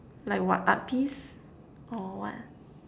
like what art piece or what